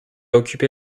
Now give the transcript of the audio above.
occupé